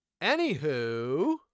Anywho